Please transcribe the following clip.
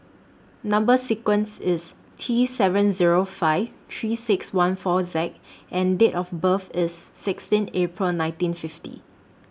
Number sequence IS T seven Zero five three six one four Z and Date of birth IS sixteen April nineteen fifty